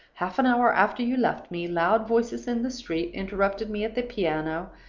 half an hour after you left me, loud voices in the street interrupted me at the piano,